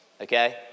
okay